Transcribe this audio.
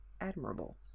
admirable